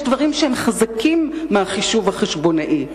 יש דברים שהם חזקים מהחישוב החשבונאי.